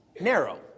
narrow